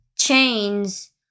chains